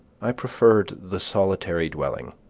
i preferred the solitary dwelling.